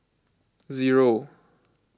zero